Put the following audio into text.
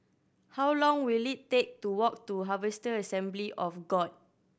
how long will it take to walk to Harvester Assembly of God